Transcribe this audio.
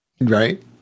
Right